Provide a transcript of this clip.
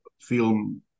film